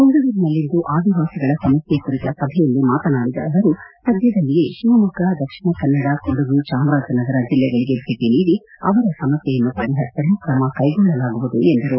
ಬೆಂಗಳೂರಿನಲ್ಲಿಂದು ಆದಿವಾಸಿಗಳ ಸಮಸ್ಕೆ ಕುರಿತ ಸಭೆಯಲ್ಲಿ ಮಾತನಾಡಿದ ಅವರು ಸದ್ಕದಲ್ಲಿಯೇ ಶಿವಮೊಗ್ಗ ದಕ್ಷಿಣ ಕನ್ನಡ ಕೊಡಗು ಜಾಮರಾಜನಗರ ಜಿಲ್ಲೆಗಳಿಗೆ ಭೇಟ ನೀಡಿ ಅವರ ಸಮಸ್ಕೆಯನ್ನು ಪರಿಪರಿಸಲು ಕ್ರಮಕೈಗೊಳ್ಳಲಾಗುವುದು ಎಂದರು